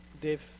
Dave